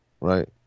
right